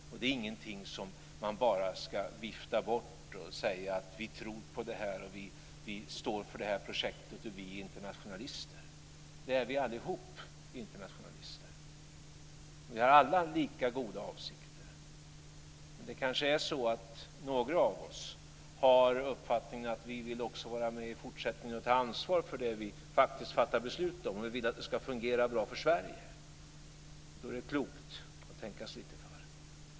Och det är ingenting som man bara ska vifta bort och säga att vi tror på det här, att vi står för det här projektet och att vi är internationalister. Vi är alla internationalister. Vi har alla lika goda avsikter. Men det kanske är så att några av oss har uppfattningen att vi också vill vara med i fortsättningen och ta ansvar för det som vi faktiskt fattar beslut om och att vi vill att det ska fungera bra för Sverige. Då är det klokt att tänka sig lite för.